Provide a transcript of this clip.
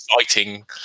exciting